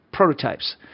Prototypes